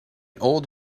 old